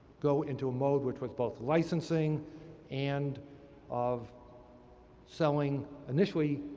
go into a mode, which was both licensing and of selling, initially,